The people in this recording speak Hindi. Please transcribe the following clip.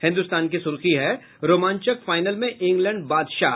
हिन्दुस्तान की सुर्खी है रोमांचक फाइनल मे इग्लैंड बादशाह